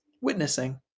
Witnessing